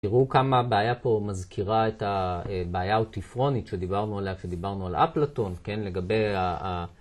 תראו כמה הבעיה פה מזכירה את הבעיה האותיפרונית שדיברנו עליה כשדיברנו על אפלטון, לגבי...